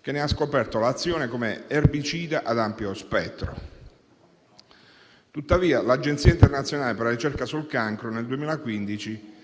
che ne ha scoperto l'azione come erbicida ad ampio spettro. L'Agenzia internazionale per la ricerca sul cancro nel 2015